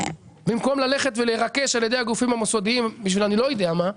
במקום ללכת ולרקש על ידי הגופים המוסדיים בשביל אני לא יודע מה,